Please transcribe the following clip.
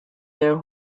their